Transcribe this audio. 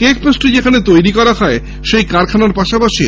cake pastry যেখানে তৈরি হয় সেই কারখানার পাশাপাশি